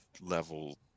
level